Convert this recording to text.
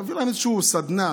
להעביר להם איזושהי סדנה,